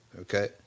Okay